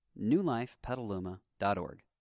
newlifepetaluma.org